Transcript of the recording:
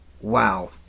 wow